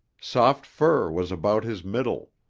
soft fur was about his middle.